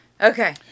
Okay